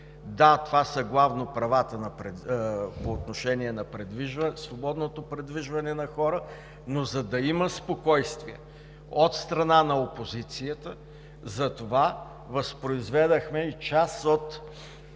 Да, това главно са правата по отношение на свободното придвижване на хората, но за да има спокойствие от страна на опозицията, възпроизведохме и част от